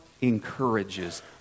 encourages